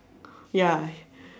ya